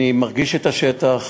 אני מרגיש את השטח,